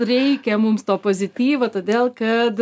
reikia mums to pozityvo todėl kad